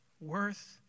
worth